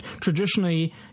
traditionally